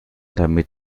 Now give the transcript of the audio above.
damit